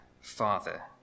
Father